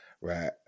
right